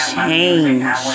change